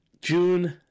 June